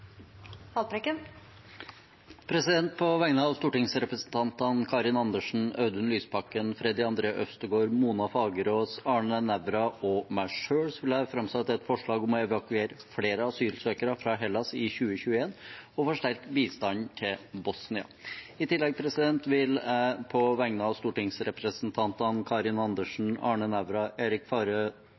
På vegne av stortingsrepresentantene Karin Andersen, Audun Lysbakken, Freddy André Øvstegård, Mona Fagerås, Arne Nævra og meg selv vil jeg framsette et forslag om å evakuere flere asylsøkere fra Hellas i 2021 og forsterke bistanden i Bosnia. I tillegg vil jeg på vegne av stortingsrepresentantene Karin Andersen, Arne Nævra,